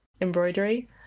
embroidery